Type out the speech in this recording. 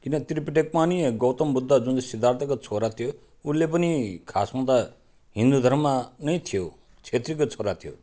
किन त्रिपिटकमा नि गौतम बुद्ध जुन चाहिँ सिद्धार्थको छोरा थियो उसले पनि खासमा त हिन्दू धर्म नै थियो छेत्रीको छोरा थियो